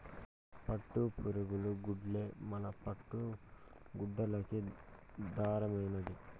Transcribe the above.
పట్టుపురుగులు గూల్లే మన పట్టు గుడ్డలకి దారమైనాది